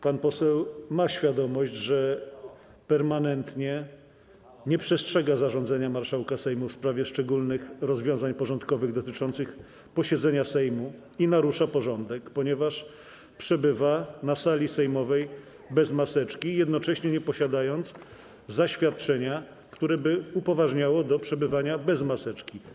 Pan poseł ma świadomość, że permanentnie nie przestrzega zarządzenia marszałka Sejmu w sprawie szczególnych rozwiązań porządkowych dotyczących posiedzenia Sejmu i narusza porządek, ponieważ przebywa na sali sejmowej bez maseczki, jednocześnie nie posiadając zaświadczenia, które by upoważniało do przebywania bez maseczki.